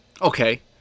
okay